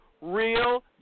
real